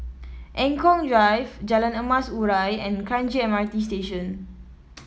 Eng Kong Drive Jalan Emas Urai and Kranji M R T Station